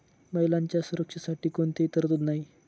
महिलांच्या सुरक्षेसाठी कोणतीही तरतूद नाही